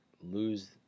lose